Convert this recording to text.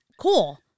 cool